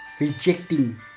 rejecting